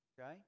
okay